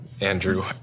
Andrew